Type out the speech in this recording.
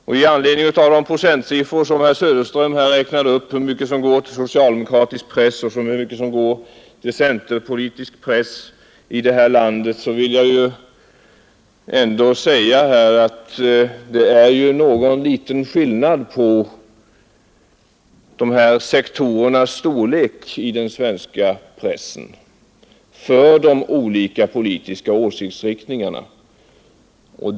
Med anledning av de procentsiffror som herr Söderström här räknade upp, hur mycket som går till socialdemokratisk press och hur mycket som går till centerpolitisk press, vill jag säga att det ju ändå är en viss skillnad på sektorernas storlek i den svenska pressen för de olika politiska åsiktsriktningarna.